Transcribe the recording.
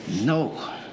No